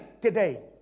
today